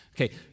Okay